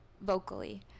vocally